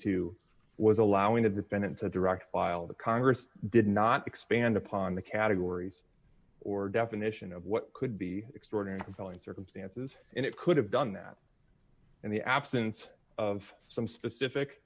two was allowing the defendant said direct while the congress did not expand upon the categories or definition of what could be extraordinary following circumstances and it could have done that in the absence of some specific